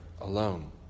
alone